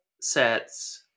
sets